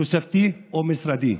תוספתי או משרדי?